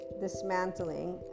dismantling